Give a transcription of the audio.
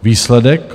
Výsledek?